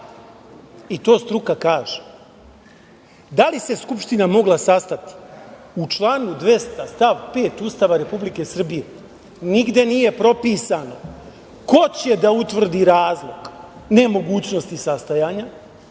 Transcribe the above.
To struka kaže. Da li se Skupština mogla sastati? U članu 200. stav 5. Ustava Republike Srbije nigde nije propisano ko će da utvrdi razlog nemogućnosti sastajanja,